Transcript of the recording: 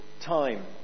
time